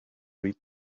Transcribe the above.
read